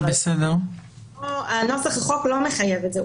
אבל נוסח החוק לא מחייב את זה.